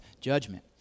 judgment